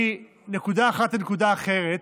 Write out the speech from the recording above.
מנקודה אחת לנקודה אחרת,